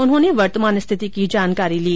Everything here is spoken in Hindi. उन्होंने वर्तमान स्थिति की जानकारी ली